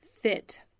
fit